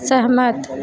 सहमत